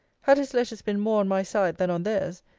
had his letters been more on my side than on theirs,